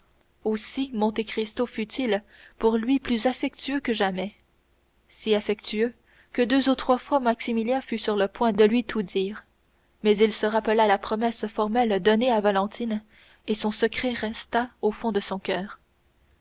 aussi monte cristo fut-il pour lui plus affectueux que jamais si affectueux que deux ou trois fois maximilien fut sur le point de lui tout dire mais il se rappela la promesse formelle donnée à valentine et son secret resta au fond de son coeur